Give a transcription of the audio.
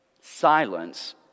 silence